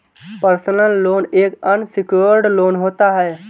personal loan एक unsecured loan होता है